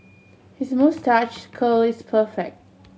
his moustache curl is perfect